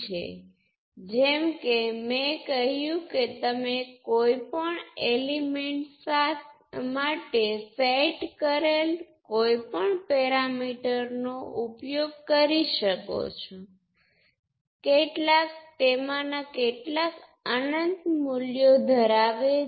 તેથી જેમ મેં કહ્યું હતું કે કોઈપણ નેટવર્ક ને કોઈપણ પેરામિટરના સેટ દ્વારા રજૂ કરી શકાય છે કેટલાક × આમાંના કેટલાક પેરામિટર અનંત મૂલ્યવાન છે